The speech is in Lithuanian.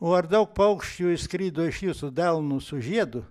o ar daug paukščių išskrido iš jūsų delno su žiedu